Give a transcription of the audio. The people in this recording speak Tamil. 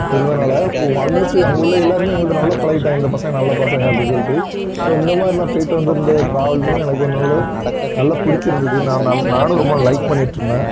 இருந்ததனால ஆல்மோஸ்ட் அங்கேவுள்ள எல்லோருமே எங்கள்கிட்ட நல்லா பழகிட்டாங்க இந்த பசங்க நல்ல பசங்க அப்படி சொல்லிட்டு ஸோ இந்தமாதிரி நான் போய்ட்டு வந்திருந்த டிராவல்ஸ் எனக்கு ஒரு நல்ல நல்ல பிடிச்சிருந்தது நான் நானும் ரொம்ப லைக் பண்ணிகிட்ருந்தன்